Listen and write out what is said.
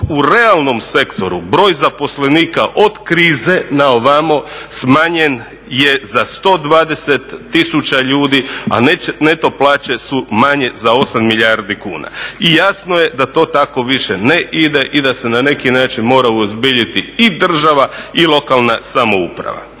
u realnom sektoru broj zaposlenika od krize na ovamo smanjen je za 120 tisuća ljudi, a neto plaće su manje za 8 milijardi kuna. I jasno je da to tako više ne ide i da se na neki način mora uozbiljiti i država i lokalna samouprava.